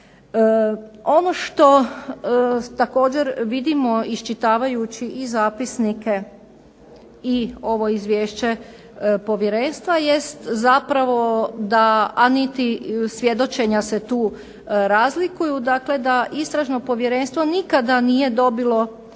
Ono što također vidimo iščitavajući i zapisnike i ovo izvješće povjerenstva jest zapravo da, a niti svjedočenja se tu razlikuju, dakle da Istražno povjerenstvo nikada nije dobilo